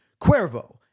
Cuervo